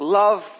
love